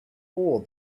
all